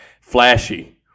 Flashy